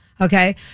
Okay